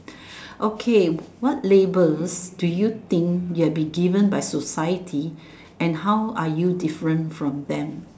okay what labels do you think you're given by society and how are you different from them